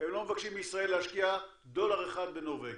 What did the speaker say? הם לא מבקשים מישראל להשקיע דולר אחד בנורבגיה.